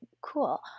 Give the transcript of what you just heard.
cool